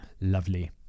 Lovely